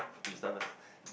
okay you start first